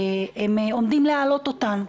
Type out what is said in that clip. הם עומדים להעלות אותן.